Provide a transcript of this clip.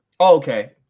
Okay